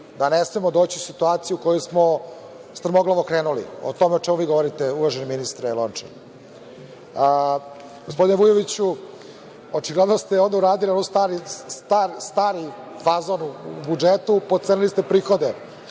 da ne smemo doći u situaciju u kojoj smo strmoglavo krenuli, o tome o čemu vi govorite, uvaženi ministre Lončar. Gospodine Vujoviću, očigledno ste uradili stari fazon u budžetu, pocrnili ste prihode.